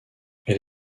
elle